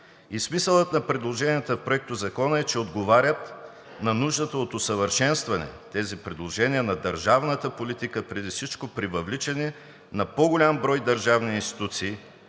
Смисълът на предложенията в Проектозакона е, че отговарят на нуждата от усъвършенстване на тези предложения и на държавната политика и преди всичко при въвличане на по-голям брой държавни институции,